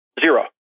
Zero